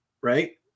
right